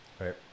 right